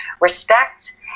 respect